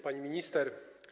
Pani Minister!